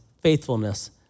faithfulness